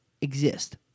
exist